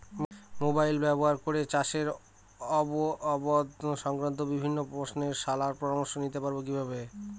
Mobile ব্যাবহার করে চাষের আবাদ সংক্রান্ত বিভিন্ন প্রশ্নের শলা পরামর্শ নিতে পারবো কিভাবে?